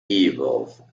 evil